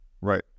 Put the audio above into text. Right